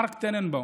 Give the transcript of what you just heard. מרק טננבאום.